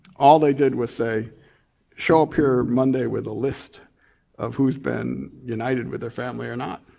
all they did was say show up here monday with a list of whose been united with their family or not.